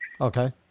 Okay